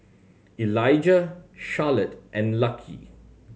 Elijah Charlotte and Lucky